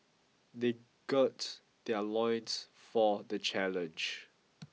they gird their loins for the challenge